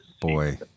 Boy